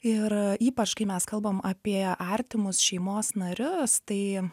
ir ypač kai mes kalbam apie artimus šeimos narius tai